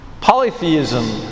Polytheism